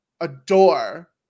adore